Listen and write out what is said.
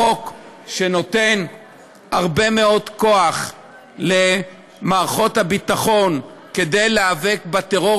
חוק שנותן הרבה מאוד כוח למערכות הביטחון כדי להיאבק בטרור,